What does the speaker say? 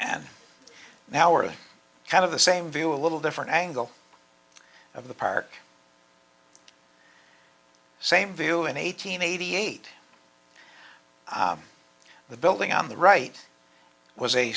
and now are kind of the same view a little different angle of the park same view and eight hundred eighty eight the building on the right was a